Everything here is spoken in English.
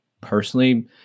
personally